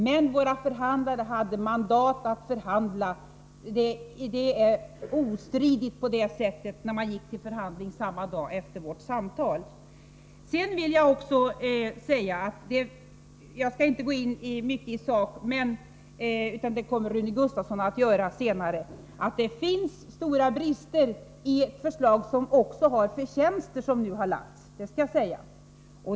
Men våra förhandlare hade ostridigt mandat att förhandla på det sättet när man gick till förhandling samma dag efter vårt samtal. Sedan vill jag också säga att — jag skall inte gå in så mycket i sak, för det kommer Rune Gustavsson att göra senare — det finns stora brister i de förslag som nu lagts fram. Men där finns också förtjänster, det skall jag säga.